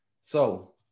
So-